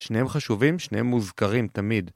שניהם חשובים, שניהם מוזכרים תמיד.